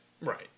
right